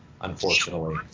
unfortunately